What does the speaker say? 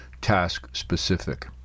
task-specific